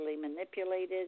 manipulated